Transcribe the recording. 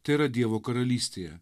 tai yra dievo karalystėje